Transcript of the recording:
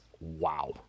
wow